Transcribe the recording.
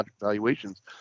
valuations